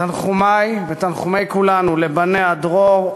תנחומי ותנחומי כולנו לבניה דרור,